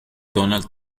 donald